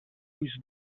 ulls